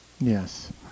Yes